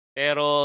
pero